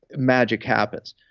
magic happens.